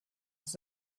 das